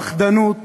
פחדנות